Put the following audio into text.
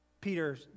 Peter